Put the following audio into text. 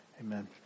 Amen